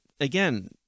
again